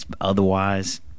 otherwise